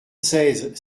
seize